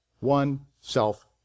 oneself